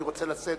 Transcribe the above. אני רוצה לשאת